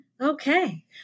Okay